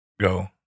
go